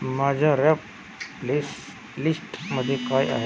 माझ्या रॅप प्लेसलिश्टमध्ये काय आहे